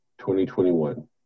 2021